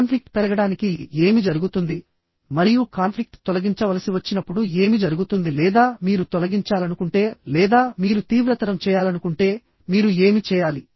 conflict పెరగడానికి ఏమి జరుగుతుంది మరియు కాన్ఫ్లిక్ట్ తొలగించవలసి వచ్చినప్పుడు ఏమి జరుగుతుంది లేదా మీరు తొలగించాలనుకుంటే లేదా మీరు తీవ్రతరం చేయాలనుకుంటే మీరు ఏమి చేయాలి